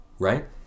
Right